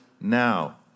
now